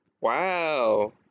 Wow